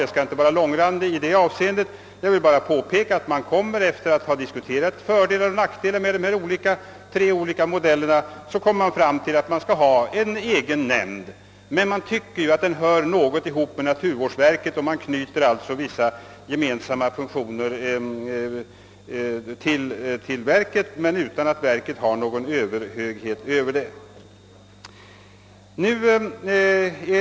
Jag skall inte vara mångordig i fråga om den här saken utan vill bara säga, att man efter hänsynstagande till de fördelar och nackdelar som var förknippade med de tre olika alternativen kom fram till att det bör finnas en egen nämnd. Man har emellertid tyckt att den i viss mån hör samman med naturvårdsverket och knyter därför vissa gemensamma funktioner till detta men utan att verket har någon överhöghet härvidlag.